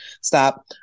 stop